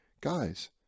guys